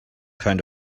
kind